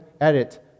edit